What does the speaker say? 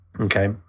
Okay